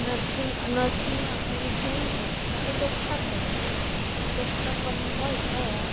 nursing નર્સિંગમાં આપણે જવું હોય કાં તો ડૉક્ટર બનવું તો ડૉક્ટર બનવું હોય તો